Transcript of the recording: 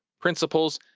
principals,